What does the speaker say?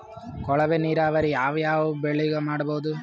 ಕೊಳವೆ ನೀರಾವರಿ ಯಾವ್ ಯಾವ್ ಬೆಳಿಗ ಮಾಡಬಹುದು?